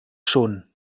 schon